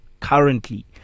currently